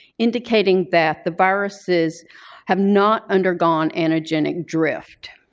indicating that the viruses have not undergone antigenic drift.